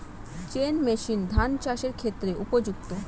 Chain machine ধান চাষের ক্ষেত্রে উপযুক্ত?